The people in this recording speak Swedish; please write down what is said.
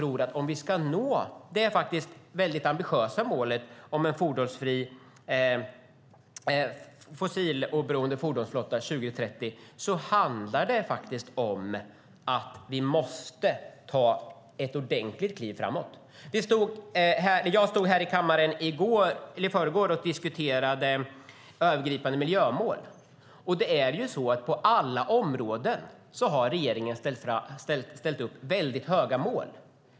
Om vi ska nå det mycket ambitiösa målet om en fossiloberoende fordonsflotta 2030 handlar det faktiskt om att vi måste ta ett ordentligt kliv framåt. Jag stod här i kammaren i förrgår och diskuterade övergripande miljömål. På alla områden har regeringen ställt upp mycket höga mål.